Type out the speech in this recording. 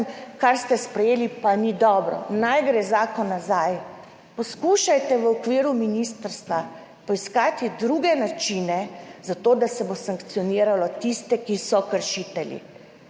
kar ste sprejeli, pa ni dobro. Naj gre zakon nazaj. Poskušajte v okviru ministrstva poiskati druge načine za to, da se bo sankcioniralo tiste, ki so kršitelji.